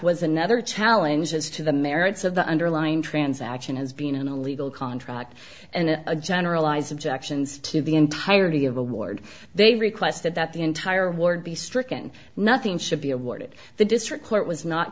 was another challenge as to the merits of the underlying transaction has been an illegal contract and a generalized objections to the entirety of award they've requested that the entire ward be stricken nothing should be awarded the district court was not